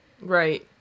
Right